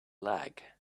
lag